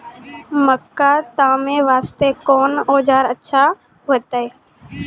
मक्का तामे वास्ते कोंन औजार अच्छा होइतै?